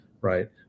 right